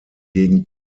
gegen